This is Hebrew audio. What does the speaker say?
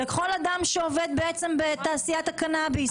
לכל אדם שעובד בתעשיית הקנאביס.